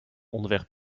onderweg